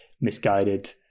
misguided